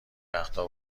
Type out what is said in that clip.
وقتا